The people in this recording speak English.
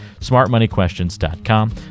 Smartmoneyquestions.com